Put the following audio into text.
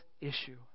issue